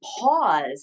pause